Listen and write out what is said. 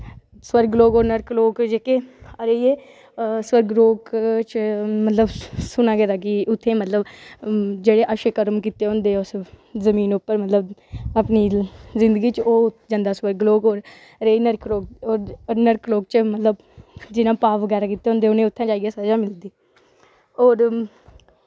स्वर्ग लोक और नर्क लोग आईये स्वर्ग लोग च सुनेंआ गेदा कि उत्थें मतलब जिनें अच्छे कर्म कीते दे होंदे उस जमान उप्पर मतलब अपनी जिन्दगी च ओह् जंदा स्वर्ग लोग और नर्क लोग च मतलव जिनैं पाप बगैरा कीते दे होंदे उनेंगी उत्थें जाईयै सज़ा बगैरा मिलदी होर